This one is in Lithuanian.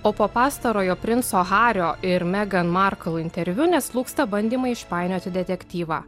o po pastarojo princo hario ir megan markl interviu neslūgsta bandymai išpainioti detektyvą